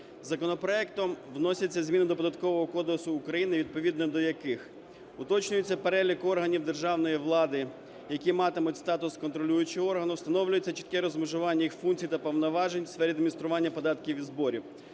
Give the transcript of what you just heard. Законопроектом вносяться зміни до Податкового кодексу України, відповідно до яких уточнюється перелік органів державної влади, які матимуть статус контролюючого органу; встановлюється чітке розмежування їх функцій та повноважень у сфері адміністрування податків і зборів;